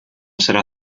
serà